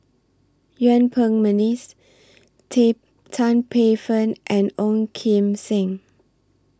Yuen Peng Mcneice Tea Tan Paey Fern and Ong Kim Seng